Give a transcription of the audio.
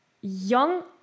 Young